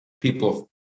people